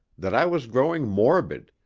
that i was growing morbid,